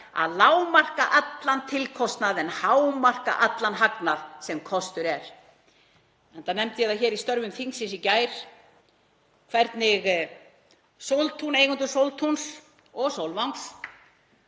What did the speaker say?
að lágmarka allan tilkostnað en hámarka allan hagnað sem kostur er. Enda nefndi ég það í störfum þingsins í gær hvernig eigendur Sóltúns og Sólvangs